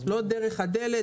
לא דרך הדלת,